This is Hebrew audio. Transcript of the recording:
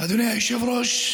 שאנחנו רואים,